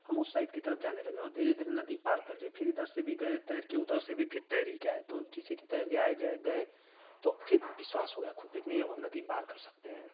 हम उस साइड की तरफ जाने लगे और धीरे धीरे नदी पार कर लिए फिर इधर से भी गये तैर कर फिर उधर से भी तैर ही कर आये तो जैसे कि तैर कर आये जाए गये फिर विश्वास हो गया खुद पर कि नहीं नदी हम पार कर सकते हैं